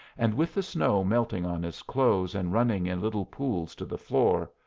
and with the snow melting on his clothes and running in little pools to the floor.